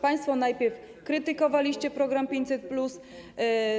Państwo najpierw krytykowaliście program 500+.